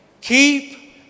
keep